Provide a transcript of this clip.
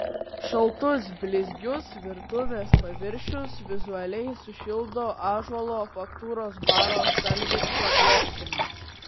šaltus blizgius virtuvės paviršius vizualiai sušildo ąžuolo faktūros baro stalviršio plokštuma